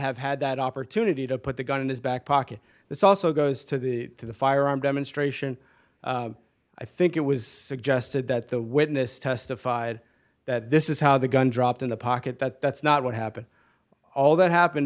have had that opportunity to put the gun in his back pocket this also goes to the to the firearm demonstration i think it was suggested that the witness testified that this is how the gun dropped in the pocket but that's not what happened all that happened